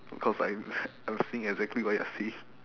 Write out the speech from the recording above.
cause like I'm seeing exactly what you're seeing